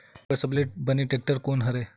जोताई बर सबले बने टेक्टर कोन हरे?